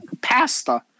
Pasta